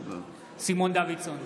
סימון דוידסון,